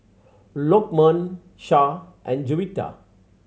Lokman Shah and Juwita